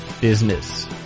Business